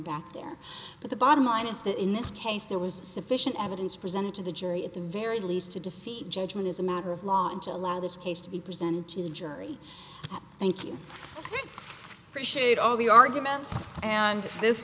back there but the bottom line is that in this case there was sufficient evidence presented to the jury at the very least to defeat judgment as a matter of law into law this case to be presented to the jury thank you i think we should all be arguments and this